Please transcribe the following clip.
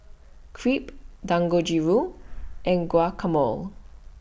Crepe Dangojiru and Guacamole